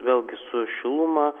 vėlgi su šiluma